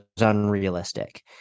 unrealistic